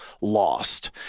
lost